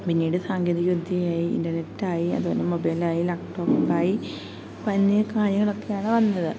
പിന്നീട് സാങ്കേതികവിദ്യയായി ഇന്റർനെറ്റായി അതുപോലെ മൊബൈലായി ലാപ്ടോപ്പായി അപ്പം ഇന്ന് ഈ കാര്യങ്ങളൊക്കെയാണ് വന്നത്